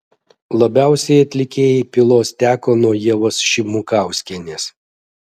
labiausiai atlikėjai pylos teko nuo ievos šimukauskienės